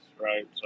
Right